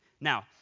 Now